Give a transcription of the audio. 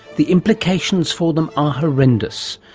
the implications for them are horrendous.